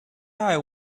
eye